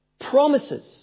Promises